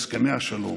הסכמי השלום.